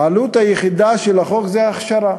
העלות היחידה של החוק היא הכשרה,